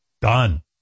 Done